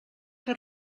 que